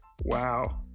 Wow